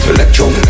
Electro